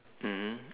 mmhmm